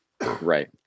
Right